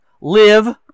live